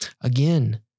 Again